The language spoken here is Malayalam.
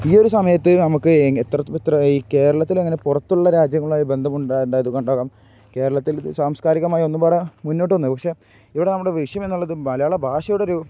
ഈ ഒരു സമയത്ത് നമുക്ക് എത്ര ഇത്ര ഈ കേരളത്തിൽ അങ്ങനെ പുറത്തുള്ള രാജ്യങ്ങളുമായി ബന്ധമുണ്ടായത് കൊണ്ടാകാം കേരളത്തിൽ സാംസ്കാരികമായി ഒന്നുപാടേ മുന്നോട്ട് വന്നത് പക്ഷെ ഇവിടെ നമ്മുടെ വിഷയം എന്നുള്ളത് മലയാള ഭാഷയയുടെ ഒരു